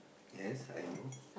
yes I know